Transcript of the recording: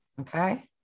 Okay